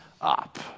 up